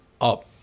up